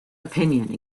opinion